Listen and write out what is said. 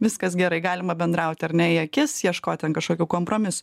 viskas gerai galima bendraut ar ne į akis ieškot ten kažkokių kompromisų